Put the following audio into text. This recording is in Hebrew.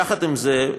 יחד עם זה,